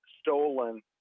stolen